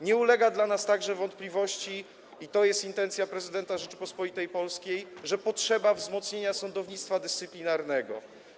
Nie ulega dla nas także wątpliwości - i taka jest intencja prezydenta Rzeczypospolitej Polskiej - że potrzeba wzmocnienia sądownictwa dyscyplinarnego.